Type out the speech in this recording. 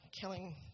killing